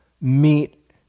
meet